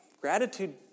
gratitude